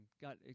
got